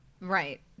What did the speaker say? Right